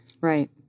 Right